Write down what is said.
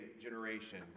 generation